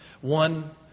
One